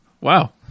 Wow